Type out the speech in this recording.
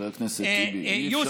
חבר הכנסת טיבי, אי-אפשר.